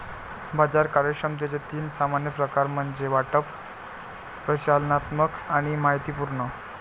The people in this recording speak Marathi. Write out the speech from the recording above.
बाजार कार्यक्षमतेचे तीन सामान्य प्रकार म्हणजे वाटप, प्रचालनात्मक आणि माहितीपूर्ण